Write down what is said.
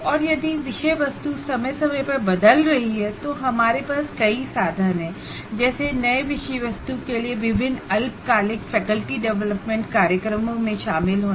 और यदि विषय वस्तु समय समय पर बदल रही है तो हमारे पास कई साधन है जैसे नई विषय वस्तु के लिए विभिन्न अल्पकालिक फैकल्टी डेवलपमेंट प्रोग्राम्स में शामिल होना